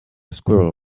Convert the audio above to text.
squirrel